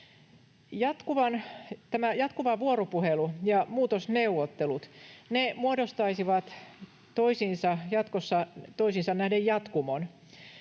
jatkuva vuoropuhelu ja muutosneuvottelut muodostaisivat toisiinsa nähden jatkumon.